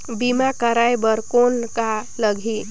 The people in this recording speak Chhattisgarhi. बीमा कराय बर कौन का लगही?